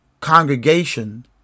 congregation